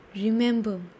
remember